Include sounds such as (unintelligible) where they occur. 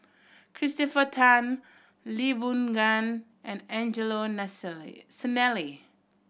Christopher Tan Lee Boon Ngan and Angelo (unintelligible) Sanelli